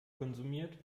konsumiert